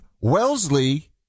Wellesley